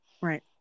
Right